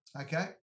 Okay